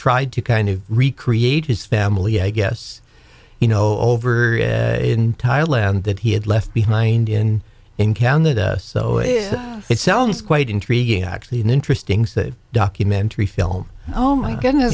try to kind of recreate his family i guess you know over in thailand that he had left behind in encounter so it sounds quite intriguing actually an interesting save documentary film oh my goodness